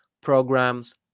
programs